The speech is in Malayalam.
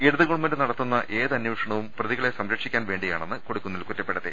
ഇടത് ഗവൺമെന്റ് നടത്തുന്ന ഏത ന്വേഷണവും പ്രതികളെ സംരക്ഷിക്കാൻ വേണ്ടിയാണെന്ന് കൊടി ക്കുന്നിൽ കുറ്റപ്പെടുത്തി